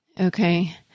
Okay